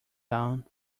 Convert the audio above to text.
down